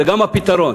וגם הפתרון.